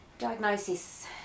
diagnosis